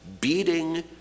beating